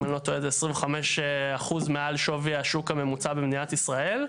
אם אני לא טועה 25% מעל שווי השוק הממוצע במדינת ישראל,